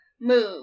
move